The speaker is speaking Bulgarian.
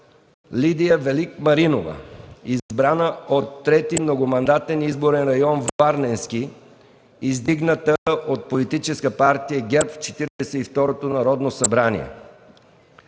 Лидия Велик Маринова, избрана от 3. многомандатен изборен район Варненски, издигната от Политическа партия ГЕРБ в Четиридесет